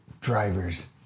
drivers